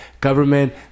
government